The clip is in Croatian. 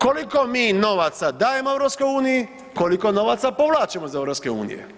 Koliko mi novaca dajemo EU, koliko novaca povlačimo iz EU.